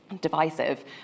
divisive